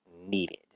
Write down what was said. needed